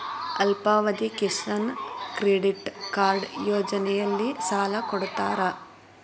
ಅಲ್ಪಾವಧಿಯ Kisan credit card ಯೋಜನೆಯಲ್ಲಿಸಾಲ ಕೊಡತಾರ